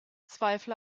zweifel